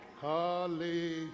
hallelujah